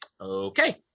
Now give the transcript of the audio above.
okay